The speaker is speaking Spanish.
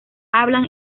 hablan